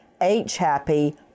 H-Happy